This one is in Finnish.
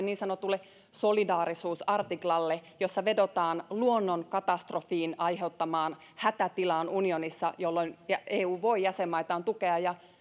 niin sanotulle solidaarisuusartiklalle jossa vedotaan luonnonkatastrofin aiheuttamaan hätätilaan unionissa jolloin eu voi jäsenmaitaan tukea ja